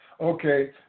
Okay